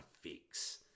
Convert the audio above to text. fix